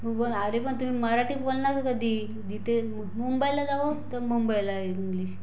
हो पण अरे पण तुम्ही मराठीत बोलणार कधी जिथे मुंबईला जावं तर मुंबईला इंग्लिश